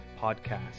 podcast